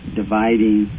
dividing